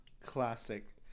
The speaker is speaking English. Classic